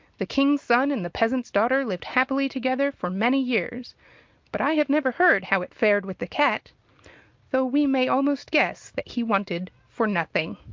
the king's son and the peasant's daughter lived happily together for very many years but i have never heard how it fared with the cat though we may almost guess that he wanted for nothing.